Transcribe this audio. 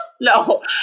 No